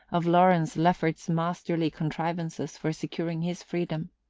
of lawrence lefferts's masterly contrivances for securing his freedom.